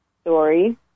story